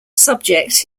subject